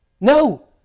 No